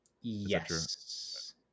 yes